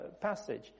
passage